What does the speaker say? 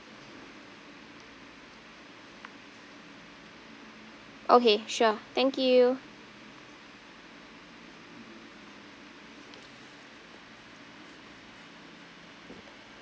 okay sure thank you